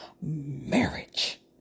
marriage